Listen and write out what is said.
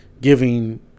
giving